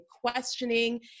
questioning